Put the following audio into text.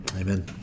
Amen